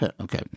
Okay